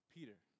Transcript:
Peter